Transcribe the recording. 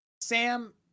Sam